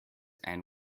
and